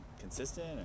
consistent